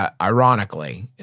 ironically